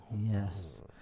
yes